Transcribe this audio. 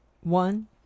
one